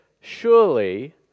surely